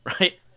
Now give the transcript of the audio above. right